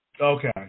Okay